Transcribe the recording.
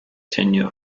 tenure